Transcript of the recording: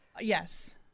Yes